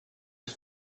its